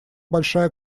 большая